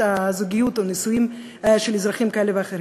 הזוגיות או נישואים של אזרחים כאלה ואחרים.